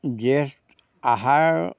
জেঠ আহাৰ